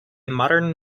modern